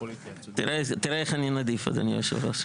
תראה איך אני נדיב, אדוני יושב הראש.